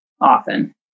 often